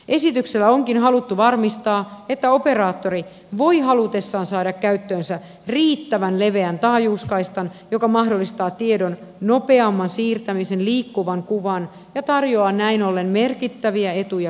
esityksellä onkin haluttu varmistaa että operaattori voi halutessaan saada käyttöönsä riittävän leveän taajuuskaistan joka mahdollistaa tiedon nopeamman siirtämisen liikkuvan kuvan ja tarjoaa näin ollen merkittäviä etuja kuluttajalle